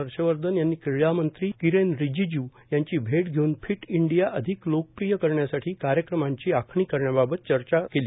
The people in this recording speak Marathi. हर्षवर्धन यांनी क्रिडामंत्री किरेन रिजिजू यांची भेट घेऊन फिट इंडिया अधिक लोकप्रिय करण्यासाठी कार्यक्रमांची आखणी करण्याबाबत चर्चा झाली